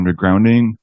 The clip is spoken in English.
undergrounding